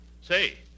Say